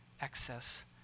excess